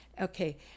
Okay